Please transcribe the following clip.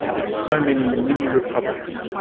as so many mini-republics,